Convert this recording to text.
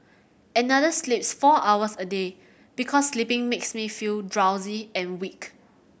another sleeps four hours a day because sleeping makes me feel drowsy and weak